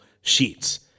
sheets